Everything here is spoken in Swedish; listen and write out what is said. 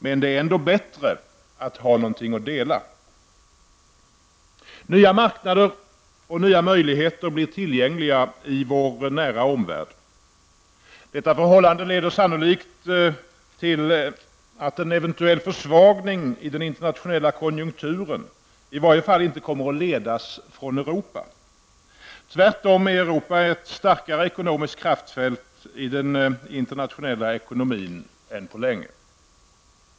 Men det är ändå bättre att ha något att dela. Nya marknader och nya möjligheter blir tillgängliga i vår nära omvärld. Detta förhållande leder sannolikt till att en eventuell försvagning i den internationella konjunkturen i varje fall inte kommer att ledas från Europa. Tvärtom är Europa nu ett starkare ekonomiskt kraftfält i den internationella ekonomin än på länge.